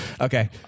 Okay